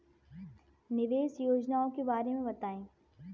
निवेश योजनाओं के बारे में बताएँ?